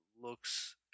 looks